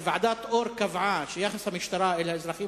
שוועדת-אור קבעה שיחס המשטרה אל האזרחים